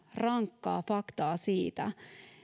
rankkaa faktaa siitä